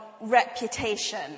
reputation